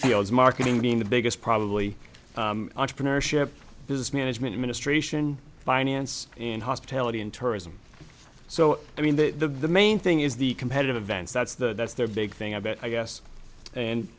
fields marketing being the biggest probably entrepreneurship business management administration finance and hospitality and tourism so i mean the main thing is the competitive events that's the that's their big thing about i guess and